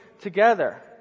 together